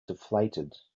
deflated